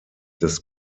des